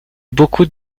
beaucoup